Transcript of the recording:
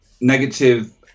negative